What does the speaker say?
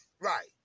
Right